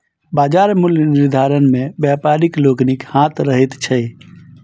बाजार मूल्य निर्धारण मे व्यापारी लोकनिक हाथ रहैत छै